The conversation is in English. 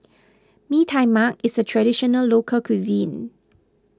Mee Tai Mak is a Traditional Local Cuisine